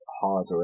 Harder